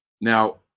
Now